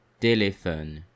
téléphone